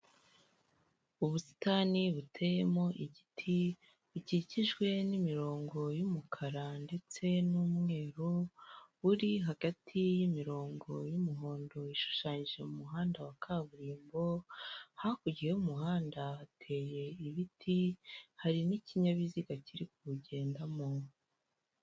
Ubusitani buteyemo igiti, bukikijwe n'imirongo y'umukara ndetse n'umweru, buri hagati y'imirongo y'umuhondo ishushanyije mu muhanda wa kaburimbo, hakurya y'umuhanda hateye ibiti, hari n'ikinyabiziga kiri kuwugendamo.